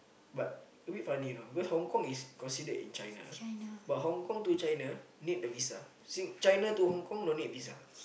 but a bit funny you know because Hong-Kong is considered in China but Hong-Kong to China need a visa Sing China to Hong-Kong no need visa